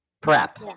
Prep